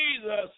Jesus